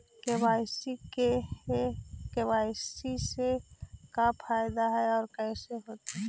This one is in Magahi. के.वाई.सी से का फायदा है और कैसे होतै?